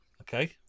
Okay